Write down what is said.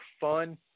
fun